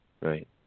Right